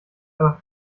aber